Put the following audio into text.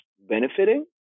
benefiting